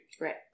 Right